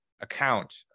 account